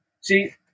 see